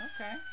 Okay